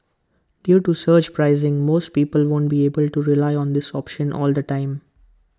due to surge pricing most people won't be able to rely on this option all the time